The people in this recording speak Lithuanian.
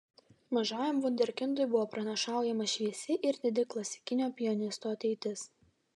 mažajam vunderkindui buvo pranašaujama šviesi ir didi klasikinio pianisto ateitis